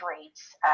rates